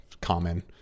common